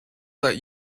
let